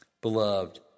Beloved